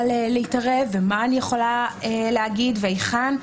להתערב ומה אני יכולה להגיד והיכן.